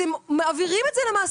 אתם מעבירים את זה למעסיקים.